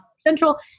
Central